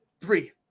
Three